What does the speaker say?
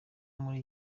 muri